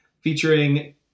featuring